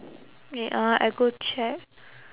wait ah I go check